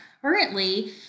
currently